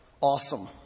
awesome